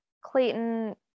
Clayton